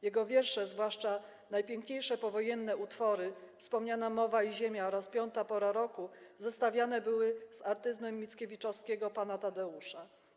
Jego wiersze, zwłaszcza najpiękniejsze powojenne utwory, wspomniana „Mowa i ziemia” oraz „Piąta pora roku”, zestawiane były z artyzmem Mickiewiczowskiego „Pana Tadeusza”